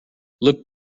look